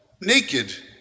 Naked